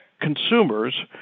consumers